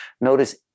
Notice